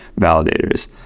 validators